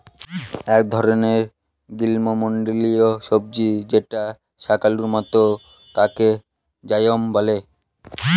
এক ধরনের গ্রীস্মমন্ডলীয় সবজি যেটা শাকালুর মত তাকে য়াম বলে